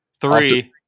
Three